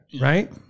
right